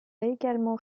également